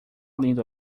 lindo